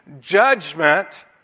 judgment